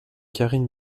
karine